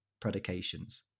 predications